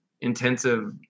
intensive